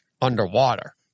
underwater